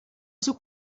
sus